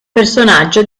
personaggio